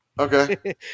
Okay